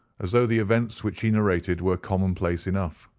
as though the events which he narrated were commonplace enough.